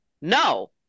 No